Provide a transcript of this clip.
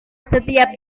setiap